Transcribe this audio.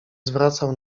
zwracał